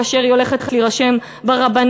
כאשר היא הולכת להירשם ברבנות,